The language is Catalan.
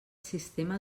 sistema